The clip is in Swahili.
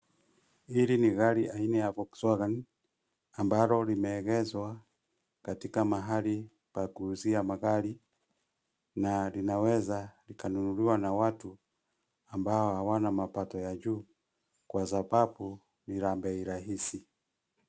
Hili ni gari aina ya Volkswagen ambalo limeegezwa katika mahali pa kuuzia magari na linaweza likanunuliwa na watu ambao hawana mapato ya juu kwa sababu ni la bei rahisi.